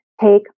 take